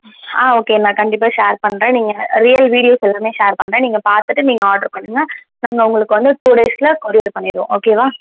ஆ okay நான் கண்டிப்பாக share பண்ணுறேன் நீங்கள் ரியல் வீடியோஸ் எல்லாமே ஷேர் பண்ணுறேன் நீங்கள் பார்த்துட்டு நீங்கள் ஆட்ரு பண்ணுங்க நாங்கள் உங்களுக்கு வந்து டூ டேஸில் கொரியர் பண்ணிடுவோம் ஓகேவா